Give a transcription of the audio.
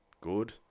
good